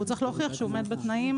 והוא צריך להוכיח שהוא עומד בתנאים.